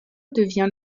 devient